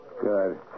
Good